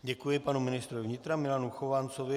Děkuji panu ministrovi vnitra Milanu Chovancovi.